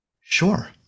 Sure